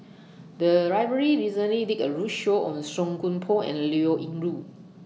The Library recently did A roadshow on Song Koon Poh and Liao Yingru